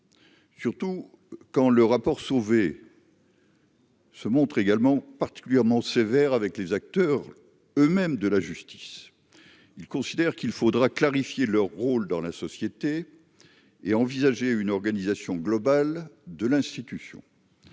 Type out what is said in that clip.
surtout quand le rapport Sauvé. Se montre également particulièrement sévère avec les acteurs eux-mêmes de la justice, il considère qu'il faudra clarifier leur rôle dans la société et envisager une organisation globale de l'institution,